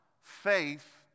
faith